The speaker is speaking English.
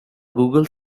google